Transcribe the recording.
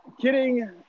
kidding